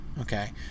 Okay